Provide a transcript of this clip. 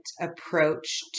approach